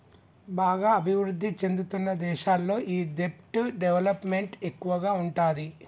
బాగా అభిరుద్ధి చెందుతున్న దేశాల్లో ఈ దెబ్ట్ డెవలప్ మెంట్ ఎక్కువగా ఉంటాది